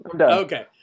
Okay